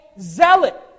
zealot